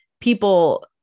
people